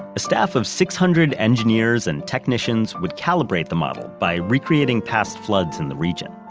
a staff of six hundred engineers and technicians would calibrate the model by recreating past floods in the region.